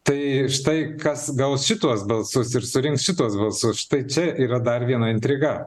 tai štai kas gaus šituos balsus ir surinks šituos balsus štai čia yra dar viena intriga